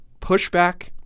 pushback